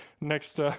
next